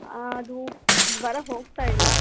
ಅದು ಜ್ವರ ಹೋಗ್ತಾ ಇಲ್ಲ